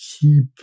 keep